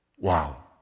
Wow